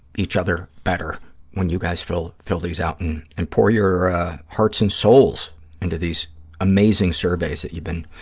each other better when you guys fill fill these out and and pour your hearts and souls into these amazing surveys that you've been